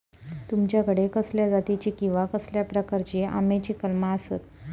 तुमच्याकडे कसल्या जातीची किवा कसल्या प्रकाराची आम्याची कलमा आसत?